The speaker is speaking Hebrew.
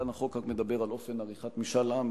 כאן החוק רק מדבר על אופן עריכת משאל עם,